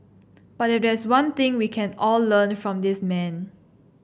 but if there's one thing we can all learn from this man